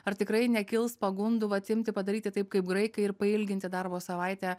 ar tikrai nekils pagundų vat imti padaryti taip kaip graikai ir pailginti darbo savaitę